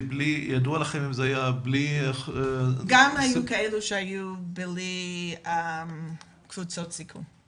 ידוע לכם אם זה היה בלי --- היו גם כאלה שלא היו בקבוצות סיכון.